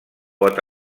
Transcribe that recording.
pot